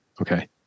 Okay